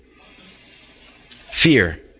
fear